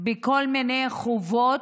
כל מיני חובות.